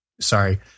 sorry